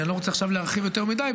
כי אני לא רוצה עכשיו להרחיב יותר מדי,